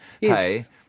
Yes